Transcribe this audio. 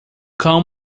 cão